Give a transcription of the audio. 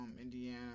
Indiana